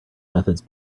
methods